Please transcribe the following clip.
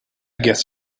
guess